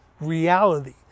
reality